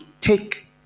take